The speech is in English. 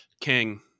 King